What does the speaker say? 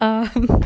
uh